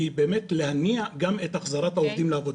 אלא באמת להניע גם את החזרת העובדים לעבודה.